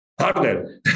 harder